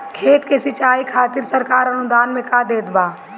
खेत के सिचाई खातिर सरकार अनुदान में का देत बा?